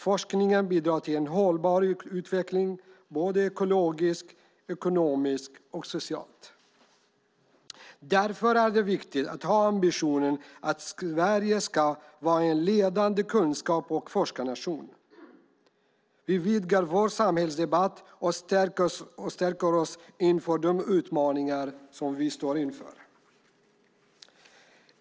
Forskningen bidrar till en hållbar utveckling ekologiskt, ekonomiskt och socialt. Därför är det viktigt att ha ambitionen att Sverige ska vara en ledande kunskaps och forskningsnation. Det vidgar vår samhällsdebatt och stärker oss inför de utmaningar som vi står inför.